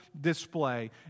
display